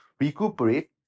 recuperate